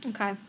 Okay